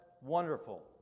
wonderful